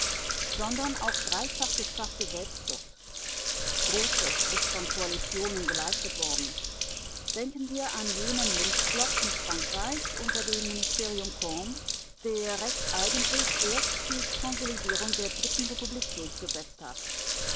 sondern auch dreifach gestraffte selbstzucht großes ist von koalitionen geleistet worden denken wir an jenen linksblock in frankreich unter dem ministerium combes der recht eigentlich erst die konsolidierung der dritten republik durchgesetzt hat